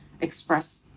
express